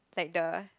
like the